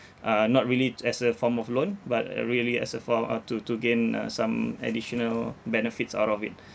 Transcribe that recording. uh not really as a form of loan but a really as a form uh to to gain uh some additional benefits out of it